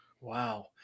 Wow